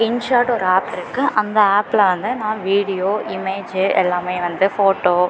InShot ஒரு app இருக்குது அந்த ஆப்ல வந்து நான் வீடியோ இமேஜி எல்லாமே வந்து ஃபோட்டோ